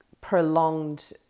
prolonged